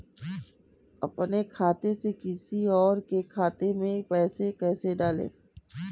अपने खाते से किसी और के खाते में पैसे कैसे डालें?